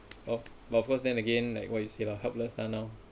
of but of course then again like what you say lah helpless time now